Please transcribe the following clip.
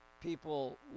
People